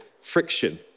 friction